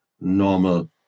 normal